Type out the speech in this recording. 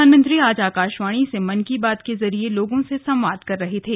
प्रधानमंत्री आज आकाशवाणी से मन की बात के जरिए लोगों से संवाद कर रहे थे